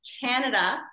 Canada